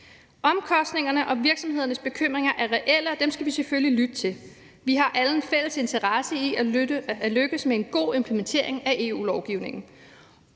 Omkostningerne og virksomhedernes bekymringer er reelle, og dem skal vi selvfølgelig lytte til. Vi har alle en fælles interesse i at lykkes med en god implementering af EU-lovgivningen